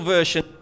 Version